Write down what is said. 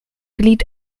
glied